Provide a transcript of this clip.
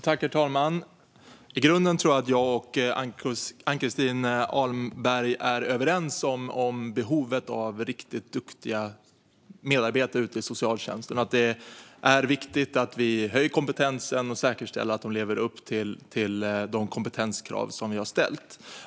Herr talman! I grunden tror jag att jag och Ann-Christin Ahlberg är överens om behovet av riktigt duktiga medarbetare i socialtjänsten. Det är viktigt att vi höjer kompetensen och säkerställer att de lever upp till de kompetenskrav som vi har ställt.